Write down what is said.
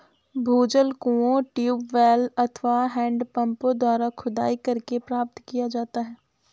भूजल कुओं, ट्यूबवैल अथवा हैंडपम्पों द्वारा खुदाई करके प्राप्त किया जाता है